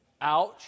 Ouch